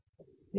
धन्यवाद